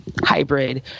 hybrid